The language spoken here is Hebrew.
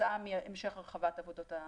כתוצאה מהמשך הרחבת עבודות התשתית.